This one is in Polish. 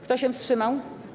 Kto się wstrzymał?